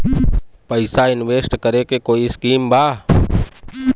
पैसा इंवेस्ट करे के कोई स्कीम बा?